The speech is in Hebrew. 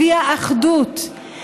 הביאה אחדות,